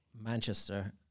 Manchester